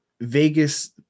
Vegas